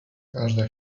każda